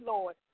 Lord